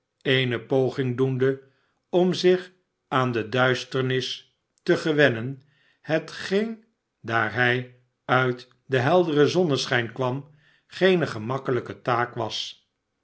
eene poging doende om zich aan de duisternis te gewennen hetgeen daar hij uit den helderen zonneschijn kwam geene gemakkelijke taak was